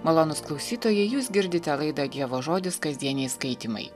malonūs klausytojai jūs girdite laidą dievo žodis kasdieniai skaitymai